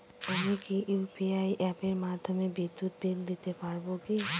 আমি কি ইউ.পি.আই অ্যাপের মাধ্যমে বিদ্যুৎ বিল দিতে পারবো কি?